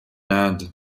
inde